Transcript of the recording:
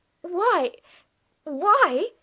why—why